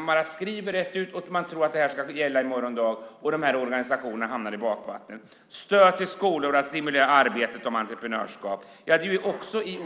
Man skriver detta rätt ut och tror att det ska gälla i morgon dag, och dessa organisationer hamnar i bakvattnet. Stöd till skolor för att stimulera arbetet om entreprenörskap. Det är